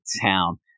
town